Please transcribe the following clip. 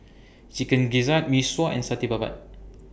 Chicken Gizzard Mee Sua and Satay Babat